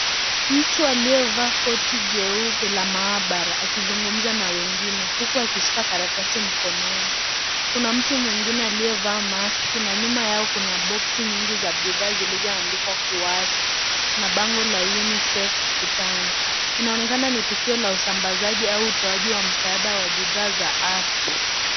Mtu akiyevaa koti jeupe la maabara akiazungumza na wengine huku akishika karatai mkononi. Kuna mtu mwengine aliyevaa maski na nyuma yao kuna boksi nyingi za bidhaa zilizoandika kuwasha. Kuna bango la Unicef ukutani. Inaonekana ni tukio la usambazaji au utoaji wa msaada wa bidhaa za afya.